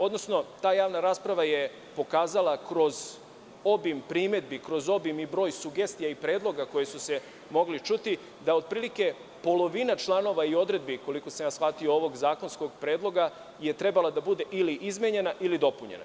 Odnosno, ta javna rasprava je pokazala kroz obim primedbi, kroz broj sugestija i predloga koji su se mogli čuti, da je otprilike polovina članova odredbi, koliko sam ja shvatio, ovog zakonskog predloga trebala da bude ili izmenjena ili dopunjena.